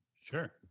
sure